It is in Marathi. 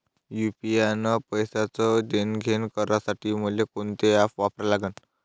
यू.पी.आय न पैशाचं देणंघेणं करासाठी मले कोनते ॲप वापरा लागन?